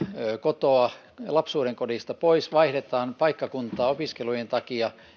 kotoa lapsuudenkodista pois vaihdetaan paikkakuntaa opiskelujen takia